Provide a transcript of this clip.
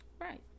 Right